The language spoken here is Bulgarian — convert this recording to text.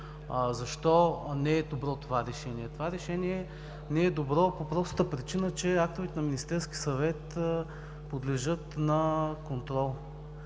Защо не е добро това решение? Решението не е добро по простата причина, че актовете на Министерския съвет подлежат на контрол